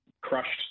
crushed